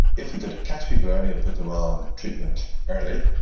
if we could catch people early and put them on treatment early,